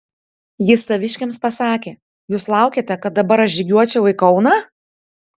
jis saviškiams pasakė jūs laukiate kad dabar aš žygiuočiau į kauną